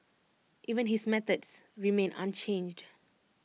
even his methods remain unchanged